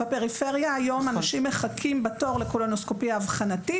בפריפריה אנשים מחכים היום בתור לקולונוסקופיה אבחנתית.